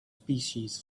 species